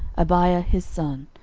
abia his son,